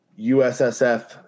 USSF